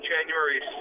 January